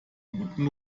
guten